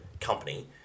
company